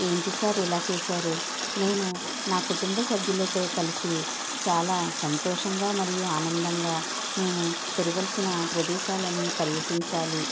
ఏంటి సార్ ఇలా చేశారు నేను నా కుటుంబ సభ్యులతో కలిసి చాలా సంతోషంగా మరియు ఆనందంగా మేము తిరగాల్సిన ప్రదేశాలు అన్ని పర్యటించాలి